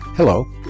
Hello